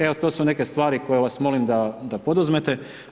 Evo to su neke stvari koje vas molim da poduzmete.